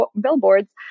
billboards